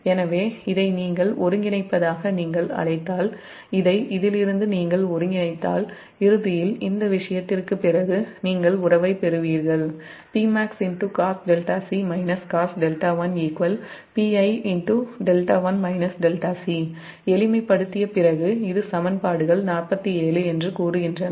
எனவே இதை நீங்கள் ஒருங்கிணைப்பதாக அழைத்தால் இதை இதிலிருந்து நீங்கள் ஒருங்கிணைத்தால் இறுதியில் இந்த விஷயத்திற்குப் பிறகு நீங்கள் உறவைப் பெறுவீர்கள் எளிமைப்படுத்திய பிறகு இது சமன்பாடுகள் 47 என்று கூறுகின்றன